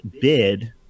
bid